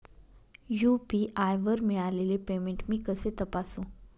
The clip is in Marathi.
यू.पी.आय वर मिळालेले पेमेंट मी कसे तपासू?